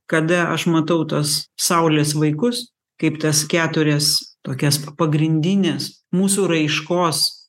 kada aš matau tos saulės vaikus kaip tas keturias tokias pagrindines mūsų raiškos